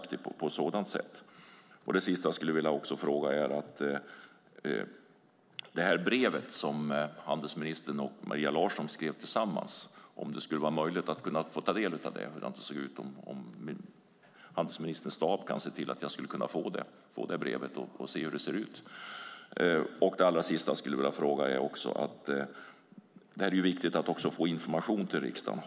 Finns det möjlighet att ta del av det brev som handelsministern och Maria Larsson skrev tillsammans? Skulle handelsministerns stab kunna se till att jag får det brevet och får se hur det ser ut? En sista fråga: Det är viktigt att få information till riksdagen.